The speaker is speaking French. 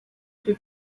peu